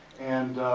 and